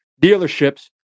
dealerships